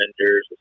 Avengers